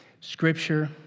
Scripture